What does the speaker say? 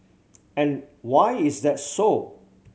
and why is that so